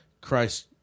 Christ